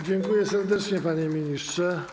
Dziękuję serdecznie, panie ministrze.